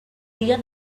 dia